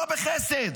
לא בחסד,